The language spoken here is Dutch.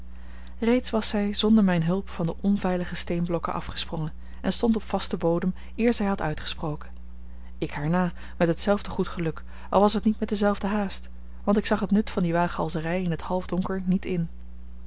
reeds was zij zonder mijne hulp van de onveilige steenblokken afgesprongen en stond op vasten bodem eer zij had uitgesproken ik haar na met hetzelfde goed geluk al was het niet met dezelfde haast want ik zag het nut van die waaghalzerij in het half donker niet in